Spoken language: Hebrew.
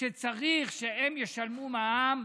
שצריך שהן ישלמו מע"מ,